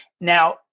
Now